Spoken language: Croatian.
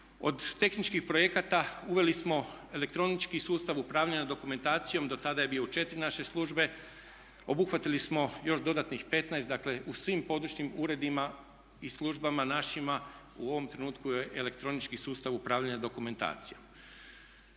Od tehničkih projekata uveli smo elektronički sustav upravljanja dokumentacijom, do tada je bio u četiri naše službe, obuhvatili smo još dodatnih 15, dakle u svim područnim uredima i službama našima u ovom trenutku je elektronički sustav upravljanja dokumentacijom.